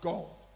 God